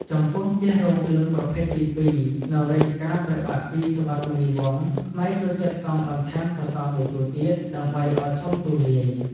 ចំពោះផ្ទះរោងឌឿងប្រភេទទី២ នៅរជ្ជកាលព្រះបាទស៊ីសុវត្ថិមុនីវង្ស ខ្មែរចូលចិត្តសង់បន្ថែមសសរ១ជួរទៀតដើម្បីឲ្យធំទូលាយ ។